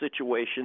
situation